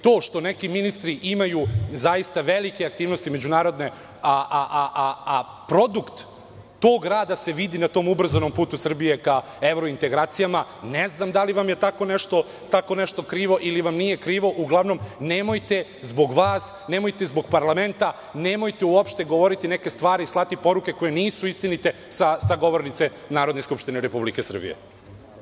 To što neki ministri imaju zaista velike aktivnosti međunarodne, a produkt tog rada da se vidi na tom ubrzanom putu Srbije, ka evrointegracijama, ne znam da li vam je tako nešto krivo, ili vam nije krivo, uglavnom, nemojte zbog vas, nemojte zbog parlamenta, nemojte uopšte govoriti neke stvari i slati poruke koje nisu istinite, sa govornice Narodne skupštine Republike Srbije.